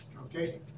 Okay